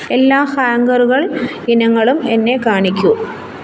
എല്ലാ ഹാംഗറുകൾ ഇനങ്ങളും എന്നെ കാണിക്കൂ